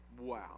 Wow